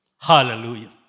Hallelujah